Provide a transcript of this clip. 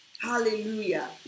Hallelujah